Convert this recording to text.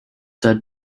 said